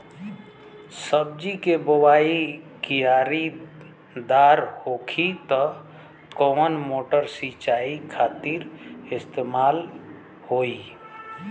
सब्जी के बोवाई क्यारी दार होखि त कवन मोटर सिंचाई खातिर इस्तेमाल होई?